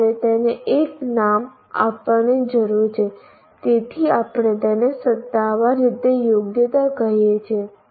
મારે તેને એક નામ આપવાની જરૂર છે તેથી આપણે તેને સત્તાવાર રીતે યોગ્યતા કહીએ છીએ